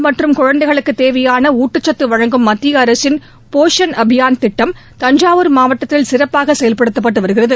க்ப்பினிப் பெண்கள் மற்றும் குழந்தைகளுக்கு தேவையாள ஊட்டச்சத்து வழங்கும் மத்திய அரசின் போஷான் அபியான் திட்டம் தஞ்சாவூர் மாவட்டத்தில் சிறப்பாக செயல்படுத்தப்பட்டு வருகிறது